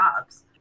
jobs